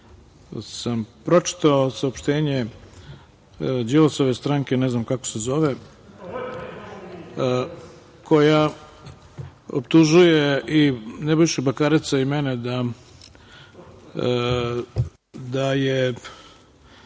sam pročitao saopštenje Đilasove stranke, ne znam kako se zove, koja optužuje i Nebojšu Bakareca i mene da je,